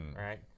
right